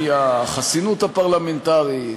מהחסינות הפרלמנטרית,